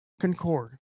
concord